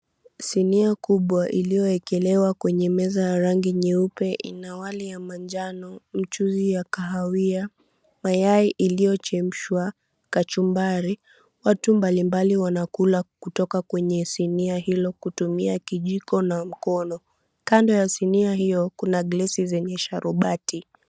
Sinia kubwa iliyoekelewa kwenye meza ya rangi nyeupe, ina wali ya manjano, mchuuzi ya kahawia, mayai iliyochemshwa, kachumbari. Watu mbali mbali wanakula kutoka kwenye sinia hilo kutumia kijiko na mkono. Kando ya sinia hiyo kuna glesi yenye sharubati.